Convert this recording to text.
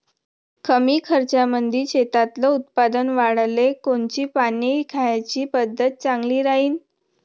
कमी खर्चामंदी शेतातलं उत्पादन वाढाले कोनची पानी द्याची पद्धत चांगली राहीन?